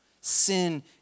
Sin